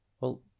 Well